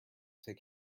take